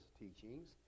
teachings